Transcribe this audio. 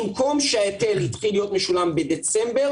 במקום שההיטל יתחיל להיות משולם בדצמבר,